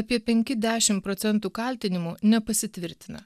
apie penki dešim procentų kaltinimų nepasitvirtina